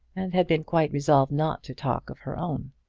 and had been quite resolved not to talk of her own.